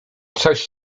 coś